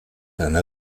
einer